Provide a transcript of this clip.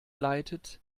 leitet